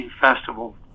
festival